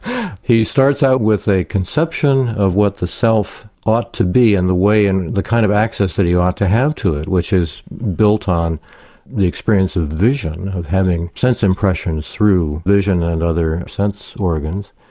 he starts out with a conception of what the self ought to be and the way, and the kind of access that he ought to have to it, which is built on the experience of vision, of having sense impressions through vision and other sense organs,